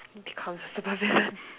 becomes a super villain